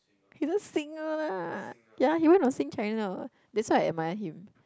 he's a singer lah ya he went on Sing China what that's why I admire him